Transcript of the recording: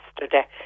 yesterday